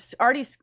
already